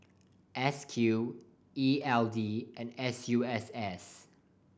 S Q E L D and S U S S